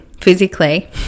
physically